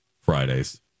Fridays